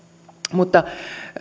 mutta